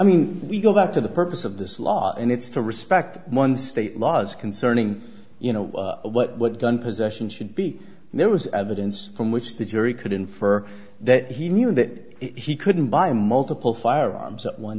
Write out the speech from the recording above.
mean we go back to the purpose of this law and it's to respect one state laws concerning you know what gun possession should be and there was evidence from which the jury could infer that he knew that he couldn't buy multiple firearms at one